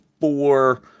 four